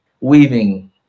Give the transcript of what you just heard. Weaving